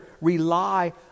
rely